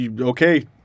Okay